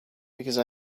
because